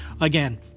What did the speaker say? Again